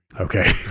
Okay